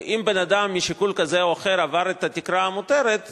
ואם בן-אדם משיקול כזה או אחר עבר את התקרה המותרת,